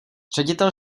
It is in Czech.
ředitel